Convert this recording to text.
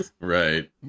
Right